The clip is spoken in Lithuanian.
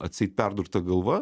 atseit perdurta galva